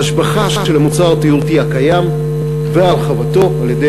השבחה של המוצר התיירותי הקיים והרחבתו על-ידי